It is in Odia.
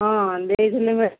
ହଁ ଦେଇଥିଲେ